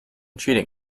cheating